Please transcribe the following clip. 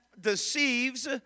deceives